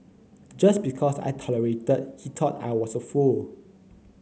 just because I tolerated he thought I was a fool